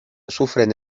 sufren